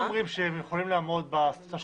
מצליחים לשמוע אותו.